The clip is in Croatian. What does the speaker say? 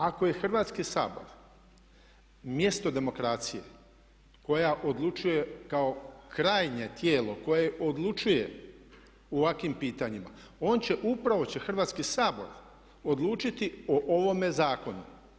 Ako je Hrvatski sabor mjesto demokracije koja odlučuje kao krajnje tijelo koje odlučuje u ovakvim pitanjima on će, upravo će Hrvatski sabor odlučiti o ovome zakonu.